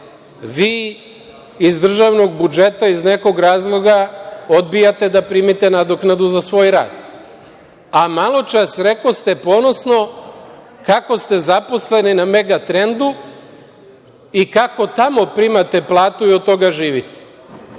vi iz državnog budžeta iz nekog razloga odbijate da primite nadoknadu za svoj rad. Maločas rekoste ponosno kako ste zaposleni na Mega trendu i kako tamo primate platu i od toga živite.